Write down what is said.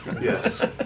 Yes